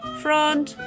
front